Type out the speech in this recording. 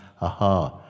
aha